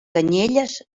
canyelles